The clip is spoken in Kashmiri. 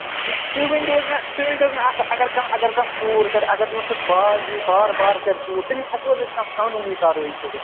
نہ تُہۍ ؤنۍ توحظ مےٚ تُہۍ ؤنۍ تو حظ مےٚ اکھ کَتھ اَگر کانہہ اَگر کانہہ ژوٗر کرِ اَگر نہٕ سُہ باز یی بار بار کرِ ژوٗر تٔمِس ہٮ۪کوز أسۍ کانہہ قانوٗنی کاروٲیی کٔرِتھ